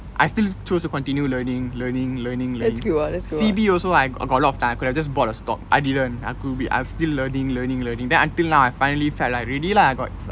I still choose to continue learning learning learning learning C_B also I got a lot of time I could have just bought a stock I didn't I could be I'm still learning learning learning then until now I finally felt like ready lah I got